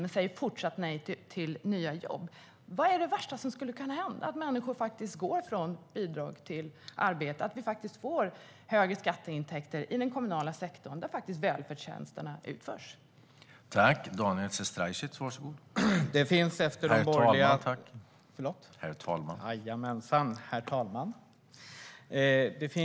Ni säger fortsatt nej till nya jobb. Vad är det värsta som skulle kunna hända - att människor går från bidrag till arbete och att vi får högre skatteintäkter i den kommunala sektorn, där välfärdstjänsterna utförs?